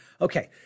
Okay